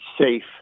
safe